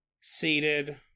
seated